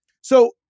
So-